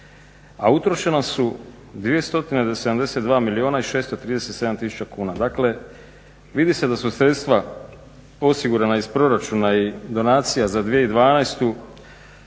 a utrošena su 2072 milijuna i 637 000 kuna. Dakle, vidi se da su sredstva osigurana iz proračuna i donacija za 2012.